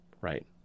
Right